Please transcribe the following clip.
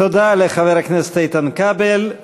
תודה לחבר הכנסת איתן כבל.